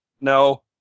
No